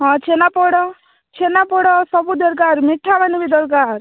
ହଁ ଛେନାପୋଡ଼ ଛେନାପୋଡ଼ ସବୁ ଦରକାର ମିଠା'ମାନେ ବି ଦରକାର